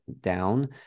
down